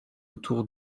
autour